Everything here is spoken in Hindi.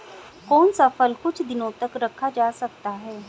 कौन सा फल कुछ दिनों तक रखा जा सकता है?